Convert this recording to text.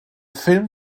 film